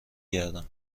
گردم